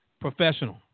professional